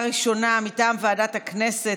ראשונה מטעם ועדת הכנסת.